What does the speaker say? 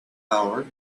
hour